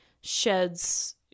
sheds